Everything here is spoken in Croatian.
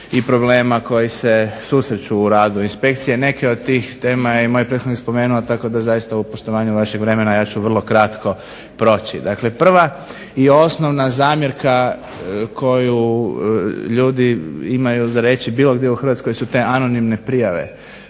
i problema koji se susreću u radu inspekcije. Neke od tih tema je i moj prethodnih spomenuo tako da zaista u vašem poštovanju vremena ja ću kratko proći. Dakle, prva i osnovna zamjerka koju ljudi imaju za reći bilo gdje u Hrvatskoj su te anonimne prijave